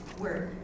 work